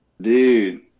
Dude